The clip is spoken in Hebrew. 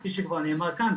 כפי שכבר נאמר כאן,